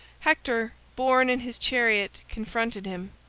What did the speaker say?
hector, borne in his chariot, confronted him.